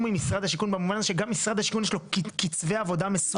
עם משרד השיכון במובן הזה שגם למשרד השיכון יש קצבי עבודה מסוימים.